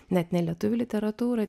net ne lietuvių literatūrą